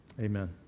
Amen